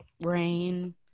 Rain